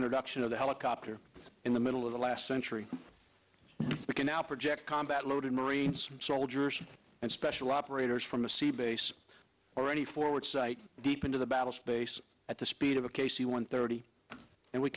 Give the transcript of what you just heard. introduction of the helicopter in the middle of the last century we can now project combat loaded marines soldiers and special operators from the sea base or any forward site deep into the battle space at the speed of a k c one thirty and we